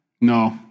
No